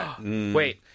Wait